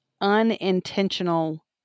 unintentional